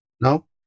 No